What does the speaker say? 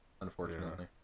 unfortunately